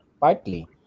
Partly